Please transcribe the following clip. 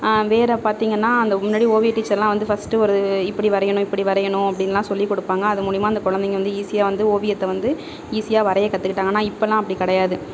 வேறு பார்த்திங்கன்னா அந்த முன்னாடி ஓவிய டீச்சரெலாம் வந்து ஃபர்ஸ்ட்டு ஒரு இது இப்படி வரையணும் இப்படி வரையணும் அப்படின்னுலாம் சொல்லி கொடுப்பாங்க அது மூலயமா அந்த குழந்தைங்க வந்து ஈஸியாக வந்து ஓவியத்தை வந்து ஈஸியாக வரைய கற்றுக்குட்டாங்க ஆனால் இப்பெலாம் அப்படி கிடையாது